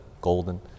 golden